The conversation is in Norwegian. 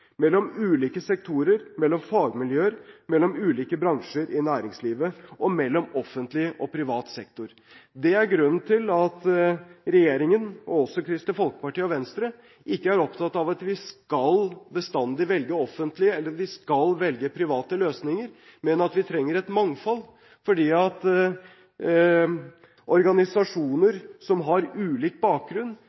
mellom ulike sektorer, mellom fagmiljøer, mellom ulike bransjer i næringslivet og mellom offentlig og privat sektor. Det er grunnen til at regjeringen, og også Kristelig Folkeparti og Venstre, ikke er opptatt av at vi bestandig skal velge offentlig, eller at vi skal velge private løsninger, men at vi trenger et mangfold. Organisasjoner som har ulik bakgrunn,